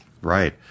right